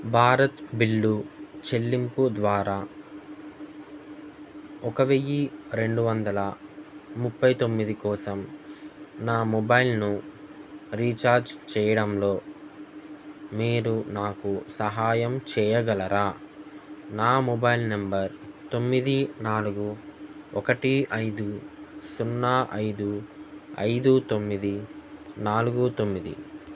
భారత్ బిల్లు చెల్లింపు ద్వారా ఒక వెయ్యి రెండు వందల ముప్పై తొమ్మిది కోసం నా మొబైల్ను రీఛార్జ్ చేయడంలో మీరు నాకు సహాయం చేయగలరా నా మొబైల్ నెంబర్ తొమ్మిది నాలుగు ఒకటి ఐదు సున్నా ఐదు ఐదు తొమ్మిది నాలుగు తొమ్మిది